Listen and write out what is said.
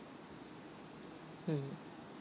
mm